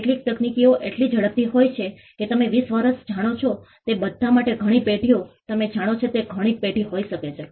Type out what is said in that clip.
કેટલીક તકનીકીઓ એટલી ઝડપથી હોય છે કે તમે વીસ વર્ષ જાણો છો તે બધા માટે ઘણી પેઢીઓ તમે જાણો છો તે ઘણી પેઢી હોઈ શકે છે